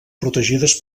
protegides